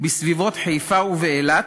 בסביבות חיפה ובאילת,